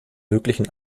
möglichen